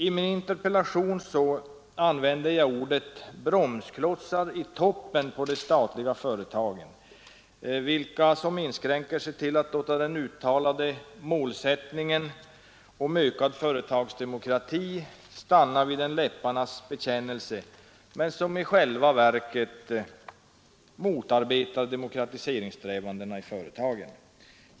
I min interpellation använde jag uttrycket bromsklotsar i toppen på statliga företag, vilka inskränker sig till att låta den uttalade målsättningen om ökad företagsdemokrati stanna vid enbart en läpparnas bekännelse men som i själva verket motarbetar demokratiseringssträvandena i företagen.